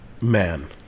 Man